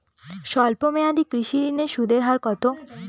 স্বল্প মেয়াদী কৃষি ঋণের সুদের হার কত?